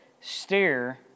steer